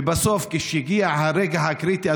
ובסוף כשהגיע הרגע הקריטי,